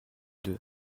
deux